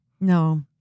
No